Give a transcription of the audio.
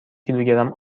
کیلوگرم